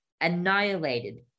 annihilated